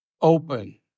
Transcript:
open